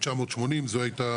980 זאת הייתה,